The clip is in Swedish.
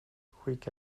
skicka